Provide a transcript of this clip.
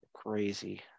Crazy